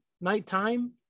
nighttime